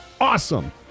Awesome